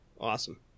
Awesome